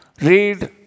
Read